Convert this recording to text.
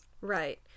Right